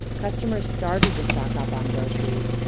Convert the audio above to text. customers started to stock up on groceries.